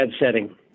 setting